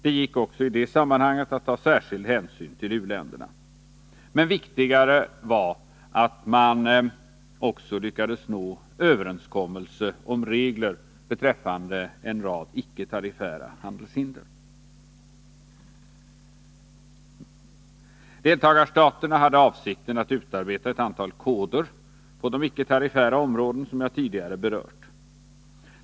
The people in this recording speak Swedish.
Det gick också att i det sammanhanget ta särskild hänsyn till u-länderna. Men viktigare var att man också lyckades nå överenskommelse om regler beträffande en rad icke-tariffära handelshinder. Deltagarstaterna hade avsikten att utarbeta ett antal koder på de icke-tariffära områden som jag tidigare berört.